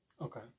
Okay